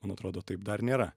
man atrodo taip dar nėra